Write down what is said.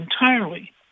entirely